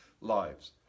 lives